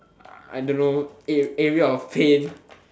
I don't know area of pain